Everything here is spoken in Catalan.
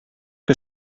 que